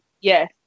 yes